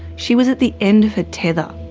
she was at the end of her tether.